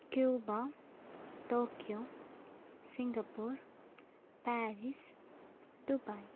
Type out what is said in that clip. Cuba Tokyo Singapore Paris Dubai